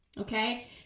okay